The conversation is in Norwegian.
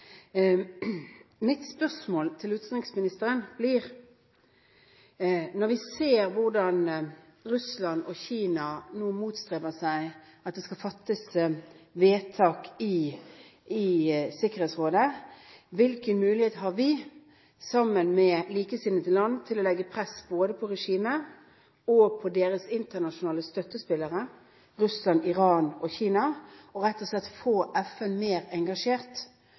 Mitt spørsmål til utenriksministeren blir: Når vi ser hvordan Russland og Kina nå motsetter seg at det skal fattes vedtak i Sikkerhetsrådet, hvilken mulighet har vi, sammen med likesinnede land, til å legge press både på regimet og på deres internasjonale støttespillere – Russland, Iran og Kina – og rett og slett få FN mer engasjert